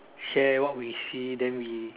share what we see then we